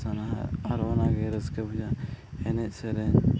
ᱥᱟᱱᱟᱣᱟ ᱟᱨ ᱚᱱᱟᱜᱮ ᱨᱟᱹᱥᱠᱟᱹ ᱵᱩᱡᱷᱟᱹᱜᱼᱟ ᱮᱥᱮᱡᱼᱥᱮᱨᱮᱧ